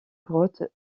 grotte